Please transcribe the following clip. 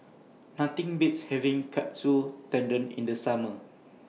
Nothing Beats having Katsu Tendon in The Summer